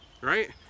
right